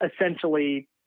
essentially